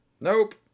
Nope